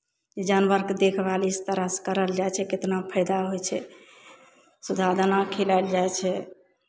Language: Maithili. जानवरके देखभाल इस तरहसँ करल जाइ छै केतना फायदा होइ छै सुधा दाना खिलायल जाइ छै